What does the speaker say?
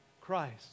Christ